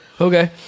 okay